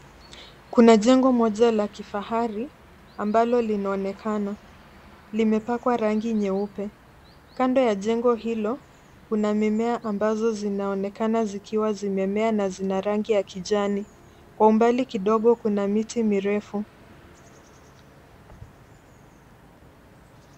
Kuna jengo moja la kifahari ambalo linaonekana. Limepakwa rangi nyeupe. Kando ya jengo hilo kuna mimea ambazo zinaonekana zikiwa zimemea na zina rangi ya kijani. Kwa umbali kidogo kuna miti mirefu.